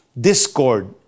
discord